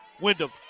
Wyndham